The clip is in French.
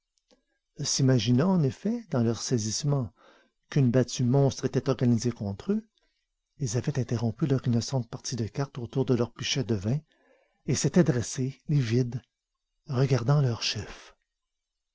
s'imaginant en effet dans leur saisissement qu'une battue monstre était organisée contre eux ils avaient interrompu leur innocente partie de cartes autour de leur pichet de vin et s'étaient dressés livides regardant leur chef